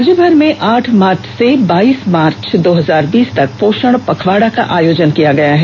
राज्यभर में आठ मार्च से बाइस मार्च दो हजार बीस तक पोषण पखवाड़ा का आयोजन किया गया है